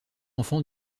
enfant